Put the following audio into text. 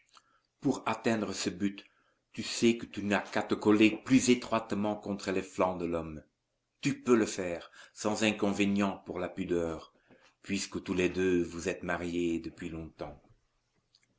pour atteindre ce but tu sais que tu n'as qu'à te coller plus étroitement contre les flancs de l'homme tu peux le faire sans inconvénient pour la pudeur puisque tous les deux vous êtes mariés depuis longtemps